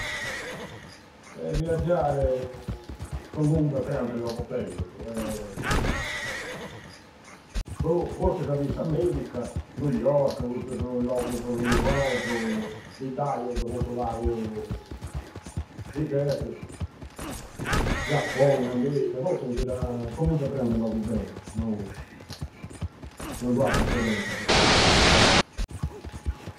Eh! Viaggiare su mundu è preu de logu bellusu. Bho! Forzisi a bi s'America, New York, custusu logusu chi po nosu biddaiusu funti u pagu diversusu. Giappoi, America, tottu funti da su mundu è preu de logu bellusu, nou. Non du a preferenza pru che attru.